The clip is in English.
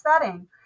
setting